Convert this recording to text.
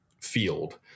field